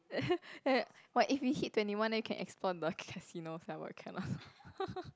eh but if we hit twenty one then we can explore the casino sia but cannot